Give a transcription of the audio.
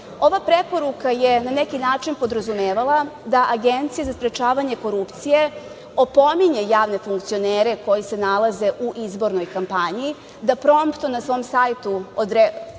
preporuka je na neki način podrazumevala da Agencija za sprečavanje korupcije opominje javne funkcionere koji se nalaze u izbornoj kampanji da promptno na svom sajtu objavljuje